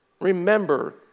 remember